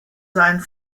seinen